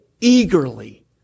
eagerly